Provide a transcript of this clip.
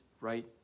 right